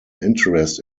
interest